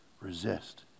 resist